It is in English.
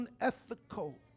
unethical